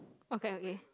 okay okay